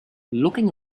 looking